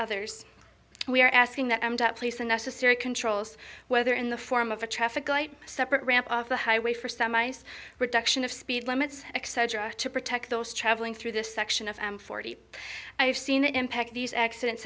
others and we are asking them to place the necessary controls whether in the form of a traffic light separate ramp of the highway for semis reduction of speed limits etc to protect those traveling through this section of am forty i have seen an impact these accidents